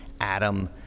Adam